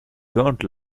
don’t